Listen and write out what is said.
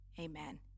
Amen